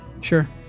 Sure